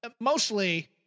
mostly